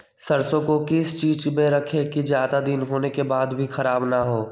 सरसो को किस चीज में रखे की ज्यादा दिन होने के बाद भी ख़राब ना हो?